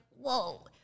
whoa